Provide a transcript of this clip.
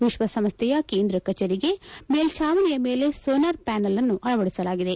ವಿಶ್ವಸಂಸ್ಥೆಯ ಕೇಂದ್ರ ಕಚೇರಿಗೆ ಮೇಲ್ವಾವಣಿಯ ಮೇಲೆ ಸೋಲಾರ್ ಪ್ವಾನಲ್ಅನ್ನು ಅಳವಡಿಸಲಾಗಿದೆ